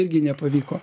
irgi nepavyko